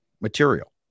material